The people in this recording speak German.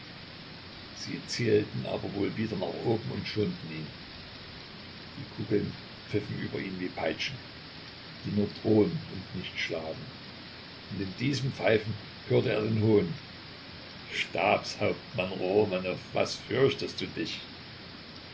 sie zielten aber wohl wieder nach oben und schonten ihn die kugeln pfiffen über ihn wie peitschen die nur drohen und nicht schlagen und in diesem pfeifen hörte er den hohn stabshauptmann romanow fürchtest du dich